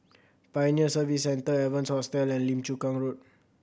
Pioneer Service Centre Evans Hostel and Lim Chu Kang Road